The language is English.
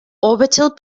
orbital